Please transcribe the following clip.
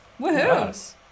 woohoo